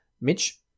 Mitch